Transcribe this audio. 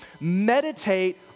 Meditate